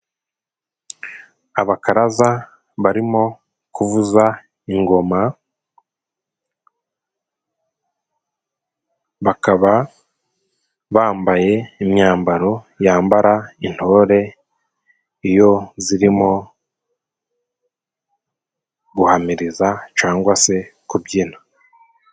Abakaraza barimo kuvuza ingoma, bakaba bambaye imyambaro yambara intore iyo zirimo guhamiriza cangwa se kubyina.